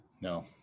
no